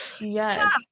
Yes